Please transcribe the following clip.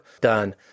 done